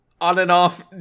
on-and-off